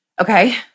Okay